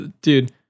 dude